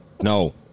No